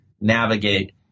navigate